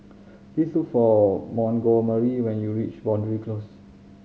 please look for Montgomery when you reach Boundary Close